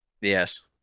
Yes